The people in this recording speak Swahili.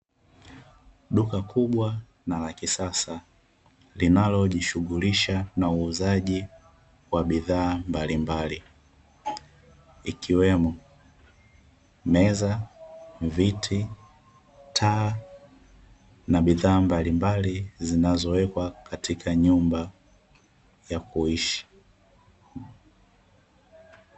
Duka kubwa na la kisasa linalojishughulisha na uuzaji wa bidhaa mbalimbali ikiwemo; meza, viti, taa na bidhaa mbalimbali zinazowekwa katika nyumba ya kuishi.